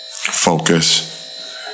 Focus